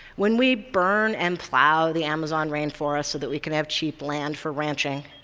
when we burn and plow the amazon rain forest so that we can have cheap land for ranching,